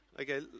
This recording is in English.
Okay